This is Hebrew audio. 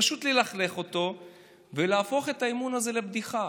פשוט ללכלך אותו ולהפוך את האמון הזה לבדיחה?